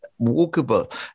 walkable